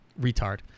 retard